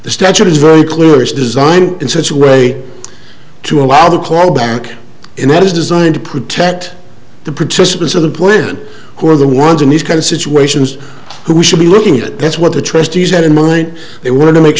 the statute is very clear is designed in such a way to allow the claw back and that is designed to protect the participants of the plan who are the ones in these kind of situations who we should be looking at that's what the trustees had in mind they wanted to make